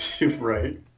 Right